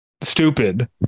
stupid